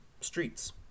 streets